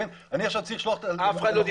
נניח שאתה צריך לשלוח אותה --- עזוב,